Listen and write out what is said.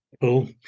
cool